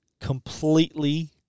completely